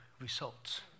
results